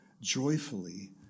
joyfully